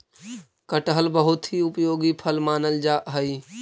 कटहल बहुत ही उपयोगी फल मानल जा हई